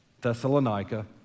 Thessalonica